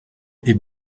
est